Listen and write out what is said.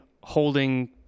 holding